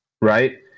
right